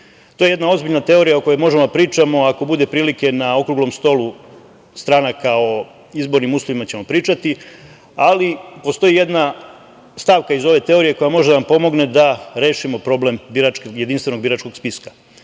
To je jedna ozbiljna teorija o kojoj možemo da pričamo, ako bude prilike na okruglom stolu stranaka o izbornim uslovima ćemo pričati, ali postoji jedna stavka iz ove teorije koja može da vam pomogne da rešimo problem jedinstvenog boračkog spiska. Narodna